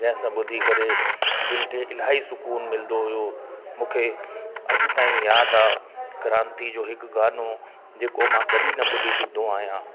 जंहिंसां ॿुधी करे दिल ते इलाही सुकून मिलंदो हुयो मूंखे अॼु ताईं यादि आहे क्रांति जो हिक गानो जेको मां कॾहिं न भुली सघंदो आहियां